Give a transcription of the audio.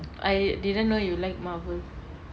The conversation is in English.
I didn't know you like marvel